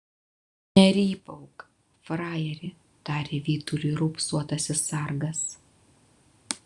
nerypauk frajeri tarė vytuliui raupsuotasis sargas